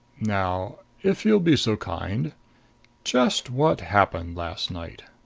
now if you'll be so kind just what happened last night?